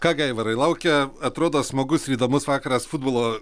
ką gi aivarai laukia atrodo smagus ir įdomus vakaras futbolo